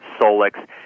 solix